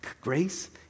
grace